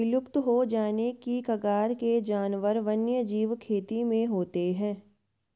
विलुप्त हो जाने की कगार के जानवर वन्यजीव खेती में होते हैं